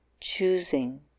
Choosing